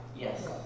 Yes